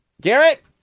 Garrett